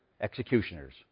executioners